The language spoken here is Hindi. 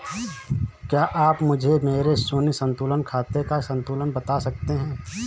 क्या आप मुझे मेरे शून्य संतुलन खाते का संतुलन बता सकते हैं?